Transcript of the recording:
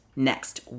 next